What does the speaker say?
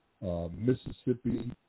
Mississippi